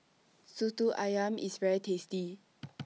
Soto Ayam IS very tasty